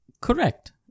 Correct